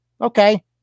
Okay